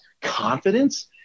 confidence